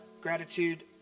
gratitude